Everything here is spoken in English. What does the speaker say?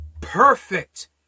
perfect